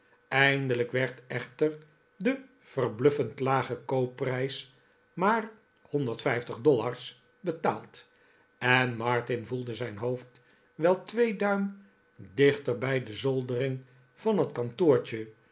eindelijk werd echter de verbluffend lage koopprijs maar honderd vijftig dollars betaald en martin voelde zijn hoofd wel twee duim dichter bij de zoldering van het kantoortje